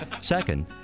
Second